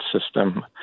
system